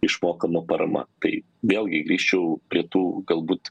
išmokama parama tai vėlgi grįžčiau prie tų galbūt